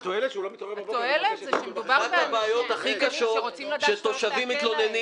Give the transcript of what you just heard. אחת הבעיות הכי קשות שתושבים מתלוננים